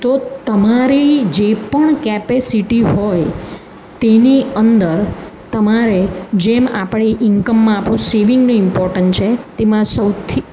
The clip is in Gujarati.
તો તમારી જે પણ કેપેસિટી હોય તેની અંદર તમારે જેમ આપણે ઇન્કમમાં આપણું સેવિંગનું ઇમ્પોર્ટન્ટ છે તેમાં સૌથી